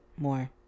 more